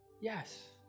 Yes